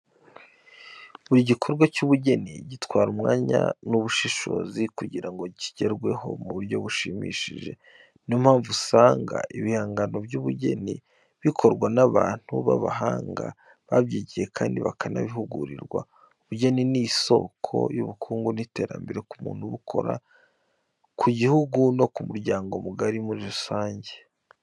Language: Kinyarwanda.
Buri gikorwa cy'ubugeni gitwara umwanya n'ubushishozi kugira ngo kigerweho mu buryo bushimishije. Ni yo mpamvu usanga ibihangano by'ubugeni bikorwa n'abantu b'abahanga, babyigiye kandi bakanabihugurirwa. Ubugeni ni isoko y'ubukungu n'iterambere ku muntu ubukora, ku gihugu no ku muryango mugari muri rusange.